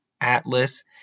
Atlas